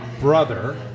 brother